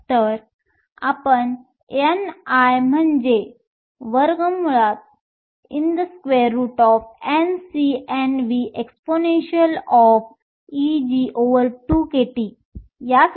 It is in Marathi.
तर आपण ni म्हणजे NcNvexpEg2kT या समीकरणाकडे परत जाऊ शकतो